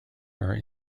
are